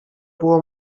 było